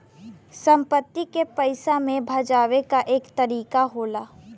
संपत्ति के पइसा मे भजावे क एक तरीका होला